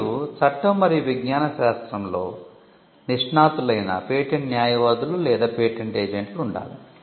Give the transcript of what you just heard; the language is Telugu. మరియు చట్టం మరియు విజ్ఞాన శాస్త్రంలో నిష్ణాతులైన పేటెంట్ న్యాయవాదులు లేదా పేటెంట్ ఏజెంట్లు ఉండాలి